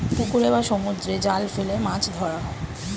পুকুরে বা সমুদ্রে জাল ফেলে মাছ ধরা হয়